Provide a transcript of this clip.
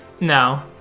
No